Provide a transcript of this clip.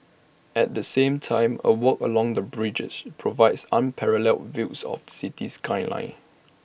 at the same time A walk along the bridges provides unparalleled views of city skyline